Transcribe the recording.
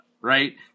right